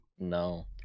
No